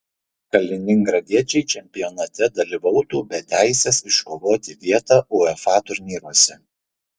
kaliningradiečiai čempionate dalyvautų be teisės iškovoti vietą uefa turnyruose